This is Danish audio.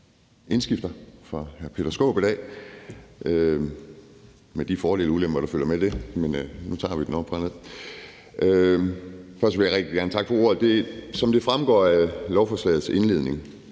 indskifter for hr. Peter Skaarup i dag med de fordele og ulemper, der følger med det, men nu tager vi den oppefra og ned, og først vil jeg rigtig gerne takke for ordet. Som det fremgår af lovforslagets indledning,